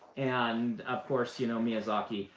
and of course, you know miyazaki,